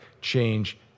change